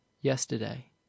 yesterday